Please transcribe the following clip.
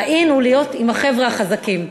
ה-in הוא להיות עם החבר'ה החזקים.